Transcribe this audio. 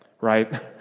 Right